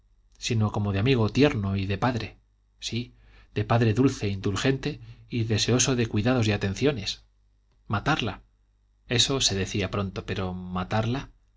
sino como de amigo tierno y de padre sí de padre dulce indulgente y deseoso de cuidados y atenciones matarla eso se decía pronto pero matarla